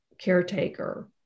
caretaker